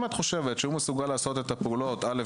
אם את חושבת שהוא מסוגל לעשות את הפעולות א',